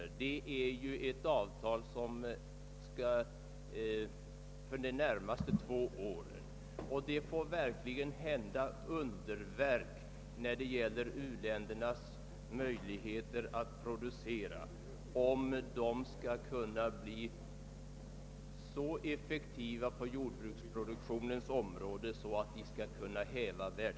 Vad det nu gäller, herr talman, är ett avtal för de närmaste åren, och det måste verkligen hända underverk beträffande u-ländernas möjligheter att öka sin produktion, om de skall kunna uppnå sådan effektivitet på jordbruksproduktionsområdet att världssvälten skall kunna hävas.